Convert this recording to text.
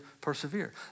persevere